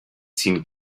seen